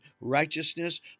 righteousness